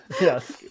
yes